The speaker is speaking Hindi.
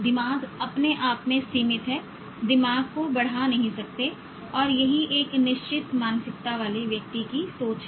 दिमाग अपने आप में सीमित है दिमाग को बड़ा नहीं सकते और यही एक निश्चित मानसिकता वाले व्यक्ति की सोच है